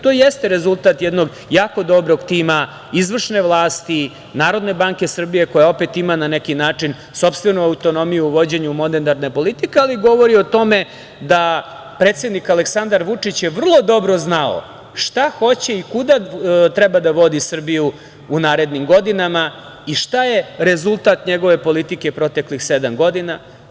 To i jeste rezultat jednog jako dobrog tima izvršne vlasti, Narodne banke Srbije, koja opet ima na neki način sopstvenu autonomiju u vođenju monetarne politike, ali govori o tome da predsednik Aleksandar Vučić je vrlo dobro znao šta hoće i kuda treba da vodi Srbiju u narednim godinama i šta je rezultat njegove politike proteklih sedam godina.